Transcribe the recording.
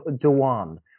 Dewan